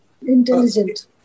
Intelligent